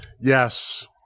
Yes